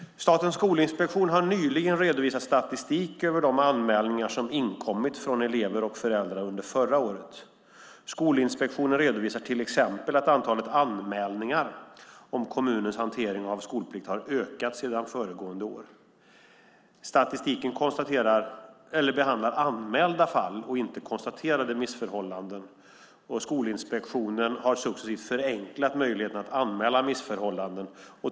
Statens skolinspektion har nyligen redovisat statistik över de anmälningar som inkommit från elever och föräldrar under förra året. Skolinspektionen redovisar till exempel att antalet anmälningar om kommunens hantering av skolplikt har ökat sedan föregående år. Statistiken behandlar anmälda fall och inte konstaterade missförhållanden. Skolinspektionen har successivt förenklat möjligheten att anmäla missförhållanden.